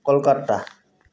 Kolkata